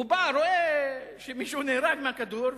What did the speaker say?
הוא בא ורואה שמישהו נהרג מהכדור,